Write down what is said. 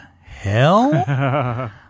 hell